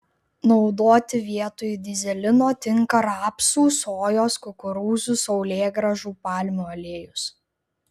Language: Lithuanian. naudoti vietoj dyzelino tinka rapsų sojos kukurūzų saulėgrąžų palmių aliejus